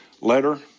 letter